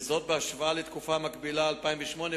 וזאת בהשוואה לתקופה המקבילה ב-2008,